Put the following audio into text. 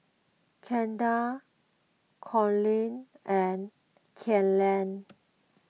Kendall Cornel and Kaela